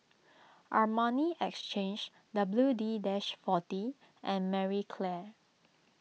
Armani Exchange W D dash forty and Marie Claire